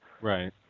Right